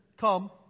come